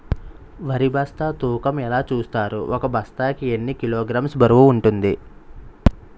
వరి బస్తా తూకం ఎలా చూస్తారు? ఒక బస్తా కి ఎన్ని కిలోగ్రామ్స్ బరువు వుంటుంది?